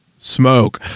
Smoke